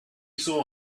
saw